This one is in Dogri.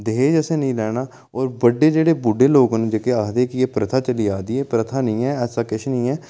दाज असें नेईं लैना और बड्डे जेह्ड़े बुड्ढे लोक न जेह्के आखदे कि एह् प्रथा चली आवै दी ऐ एह् प्रथा निं ऐ ऐसा किश निं ऐ